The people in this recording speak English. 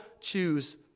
choose